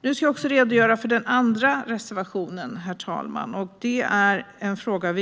Jag ska också redogöra för den andra reservationen, herr talman. Vi lyfter frågan